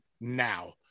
now